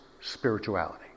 spirituality